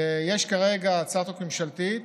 ויש כרגע הצעת חוק ממשלתית